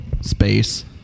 space